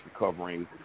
recovering